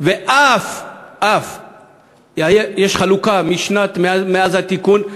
ואף יש חלוקה מאז התיקון.